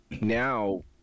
now